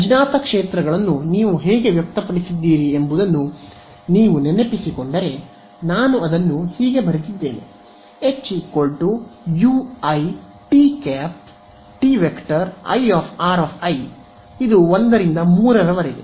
ಅಜ್ಞಾತ ಕ್ಷೇತ್ರಗಳನ್ನು ನೀವು ಹೇಗೆ ವ್ಯಕ್ತಪಡಿಸಿದ್ದೀರಿ ಎಂಬುದನ್ನು ನೀವು ನೆನಪಿಸಿಕೊಂಡರೆ ನಾನು ಇದನ್ನು ಹೀಗೆ ಬರೆದಿದ್ದೇನೆ H ui⃗Ti i 1 ರಿಂದ 3ರವರೆಗೆ